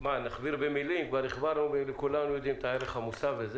לא נכביר במילים, כולנו יודעים את הערך המוסף.